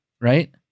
right